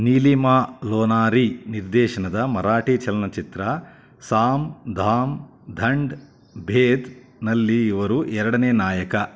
ನೀಲಿಮಾ ಲೋನಾರಿ ನಿರ್ದೇಶನದ ಮರಾಠಿ ಚಲನಚಿತ್ರ ಸಾಮ್ ದಾಮ್ ದಂಡ್ ಭೇದ್ನಲ್ಲಿ ಇವರು ಎರಡನೇ ನಾಯಕ